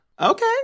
Okay